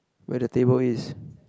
where the table is